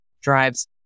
drives